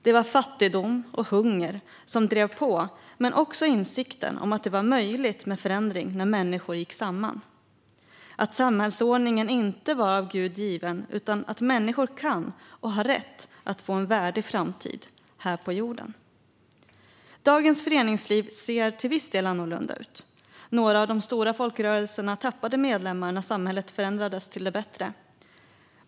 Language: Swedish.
Det var fattigdom och hunger som drev på, men också insikten om att det var möjligt med förändring när människor gick samman, att samhällsordningen inte var av Gud given utan att människor kan och har rätt att få en värdig framtid här på jorden. Dagens föreningsliv ser till viss del annorlunda ut. Några av de stora folkrörelserna tappade medlemmar när samhället förändrades till det bättre.